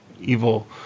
evil